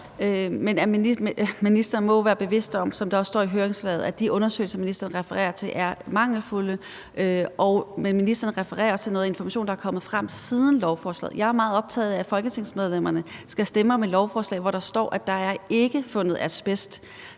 der også står i høringsbilaget, at de undersøgelser, ministeren refererer til, er mangelfulde, og ministeren refererer også til noget information, der er kommet frem, siden lovforslaget blev fremsat. Jeg er meget optaget af, at folketingsmedlemmerne skal stemme om et lovforslag, hvor der står, at der ikke er fundet asbest,